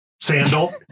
Sandal